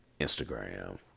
Instagram